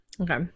Okay